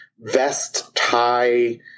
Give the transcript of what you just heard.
vest-tie